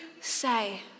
say